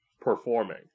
performing